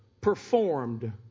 performed